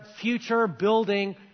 future-building